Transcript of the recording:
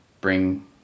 bring